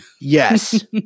Yes